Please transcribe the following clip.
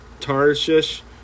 Tarshish